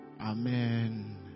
Amen